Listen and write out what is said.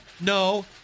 No